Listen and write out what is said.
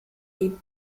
die